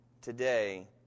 today